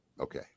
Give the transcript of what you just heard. okay